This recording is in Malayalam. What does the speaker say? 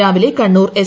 രാവിലെ കണ്ണൂർ എസ്